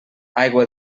aigua